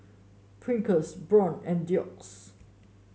Pringles Braun and Doux